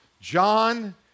John